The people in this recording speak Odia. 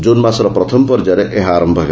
ଜୁନ୍ ମାସର ପ୍ରଥମ ପର୍ଯ୍ୟାୟରେ ଏହା ଆରମ୍ଭ ହେବ